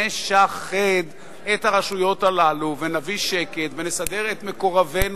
נשחד את הרשויות הללו ונביא שקט ונסדר את מקורבינו